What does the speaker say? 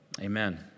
Amen